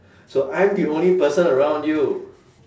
so I'm the only person around you